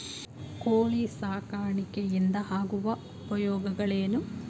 ಕೋಳಿ ಸಾಕಾಣಿಕೆಯಿಂದ ಆಗುವ ಉಪಯೋಗಗಳೇನು?